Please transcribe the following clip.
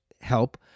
help